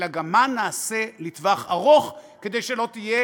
אלא גם מה נעשה לטווח ארוך כדי שלא תהיה